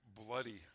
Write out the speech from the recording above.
bloody